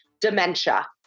dementia